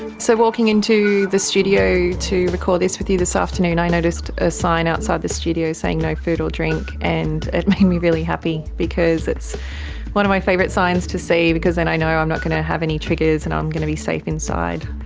so walking into the studio to record this with you this afternoon i noticed a sign outside the studios saying no food or drink, and it made me really happy because it's one of my favourite signs to see because then and i know i'm not going to have any triggers and i'm going to be safe inside.